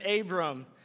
Abram